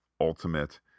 ultimate